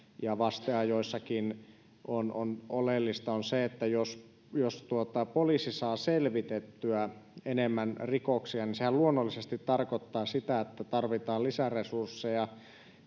ja vasteajoistakin on on oleellista on se että jos jos poliisi saa selvitettyä enemmän rikoksia niin sehän luonnollisesti tarkoittaa sitä että tarvitaan lisäresursseja